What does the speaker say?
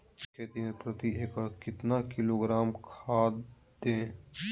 प्याज की खेती में प्रति एकड़ कितना किलोग्राम खाद दे?